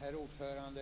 Herr talman!